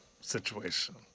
situation